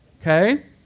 Okay